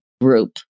group